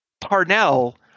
Parnell